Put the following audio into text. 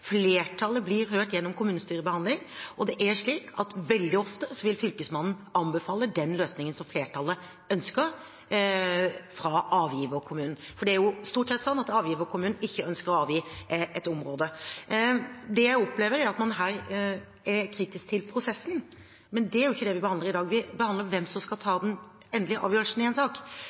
gjennom kommunestyrebehandling, og det er slik at veldig ofte vil Fylkesmannen anbefale den løsningen som flertallet fra avgiverkommunen ønsker, for det er stort sett sånn at avgiverkommunen ikke ønsker å avgi et område. Det jeg opplever, er at man er kritisk til prosessen, men det er ikke det vi behandler i dag. Vi behandler hvem som skal ta den endelige avgjørelsen i en sak.